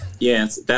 Yes